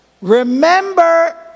Remember